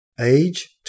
Age